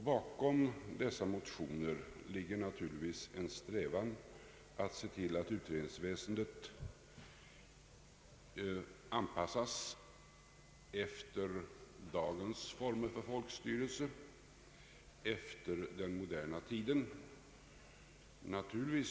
Bakom dessa motioner ligger naturligtvis en strävan att se till att utredningsväsendet anpassas efter dagens former för folkstyrelse, efter den moderna tidens krav.